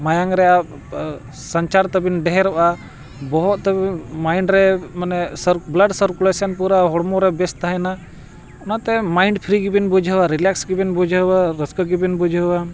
ᱢᱟᱭᱟᱝ ᱨᱮᱱ ᱥᱟᱧᱪᱟᱨ ᱛᱟᱹᱵᱤᱱ ᱰᱷᱮᱨᱚᱜᱼᱟ ᱵᱚᱦᱚᱜ ᱛᱟᱹᱵᱤᱱ ᱢᱟᱭᱤᱱᱰ ᱨᱮ ᱢᱟᱱᱮ ᱥᱟᱨ ᱵᱞᱟᱰ ᱥᱟᱨᱠᱩᱞᱮᱥᱚᱱ ᱯᱩᱨᱟᱹ ᱦᱚᱲᱢᱚ ᱨᱮ ᱵᱮᱥ ᱛᱟᱦᱮᱱᱟ ᱚᱱᱟᱛᱮ ᱢᱟᱭᱤᱱᱰ ᱯᱷᱨᱤ ᱜᱮᱵᱮᱱ ᱵᱩᱡᱷᱟᱹᱣᱟ ᱨᱤᱞᱮᱠᱥ ᱜᱮᱵᱮᱱ ᱵᱩᱡᱷᱟᱹᱣᱟ ᱨᱟᱹᱥᱠᱟᱹ ᱜᱮᱵᱮᱱ ᱵᱩᱡᱷᱟᱹᱣᱟ